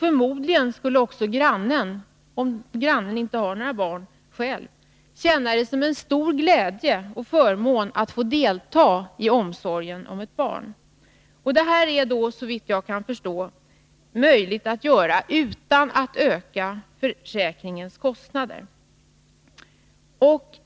Förmodligen skulle det för grannen, som kanske inte har några egna barn, vara en stor glädje och förmån att få delta i omsorgen om ett barn. Såvitt jag förstår är detta möjligt utan en ökning av kostnaderna för försäkringen.